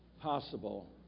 possible